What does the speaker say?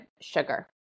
sugar